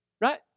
Right